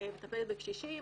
מטפלת בקשישים,